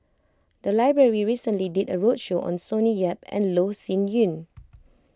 the library recently did a roadshow on Sonny Yap and Loh Sin Yun